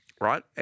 right